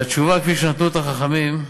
והתשובה, כפי שנתנו אותה חכמים,